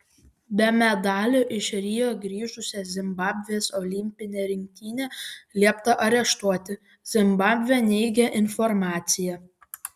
be medalių iš rio grįžusią zimbabvės olimpinę rinktinę liepta areštuoti zimbabvė neigia informaciją